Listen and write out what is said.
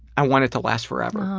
i want it to last forever, um